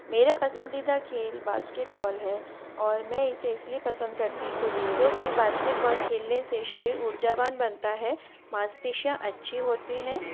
मेरा पसंदीदा खेल बास्केटबॉल है और मैं इसे इसलिए पसंद करती हूँ क्योंकि बास्केटबॉल खेलने से शरीर ऊर्जावान बनता है मांसपेशियाँ अच्छी होती हैं